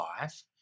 life